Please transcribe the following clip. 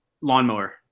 lawnmower